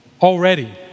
already